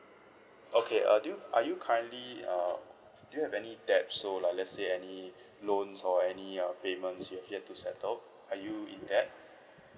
okay uh do you are you currently uh do you have any debts so like let's say any loans or any uh payments you have yet to settle are you in debt